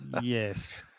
yes